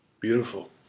Beautiful